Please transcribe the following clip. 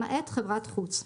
למעט חברת חוץ,